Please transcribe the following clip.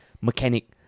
mechanic